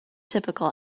typical